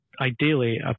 ideally